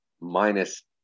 minus